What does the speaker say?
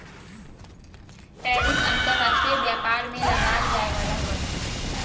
tariff अंतर्राष्ट्रीय व्यापार में लगाल जाय वला कर हइ